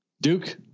Duke